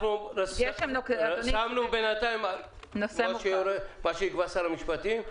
רשמנו בינתיים "כפי שיקבע שר המשפטים".